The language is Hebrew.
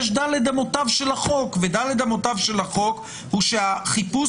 יש ד' אמותיו של החוק ו-ד' אמותיו של החוק הוא שהחיפוש